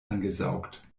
angesaugt